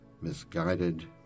misguided